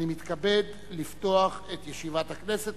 אני מתכבד לפתוח את ישיבת הכנסת.